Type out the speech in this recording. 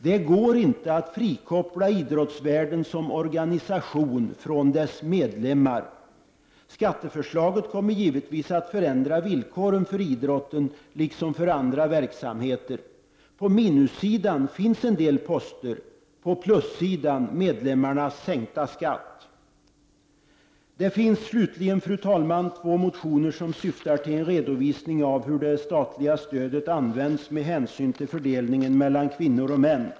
Det går inte att frikoppla idrottsvärlden som organisation från dess medlemmar. Skatteförslaget kommer givetvis att förändra villkoren för idrotten liksom för andra verksamheter. På minussidan finns en del poster, på plussidan medlemmarnas sänkta skatt. Fru talman! Det finns två motioner som syftar till en redovisning av hur det statliga stödet används med hänsyn till fördelningen mellan kvinnor och män.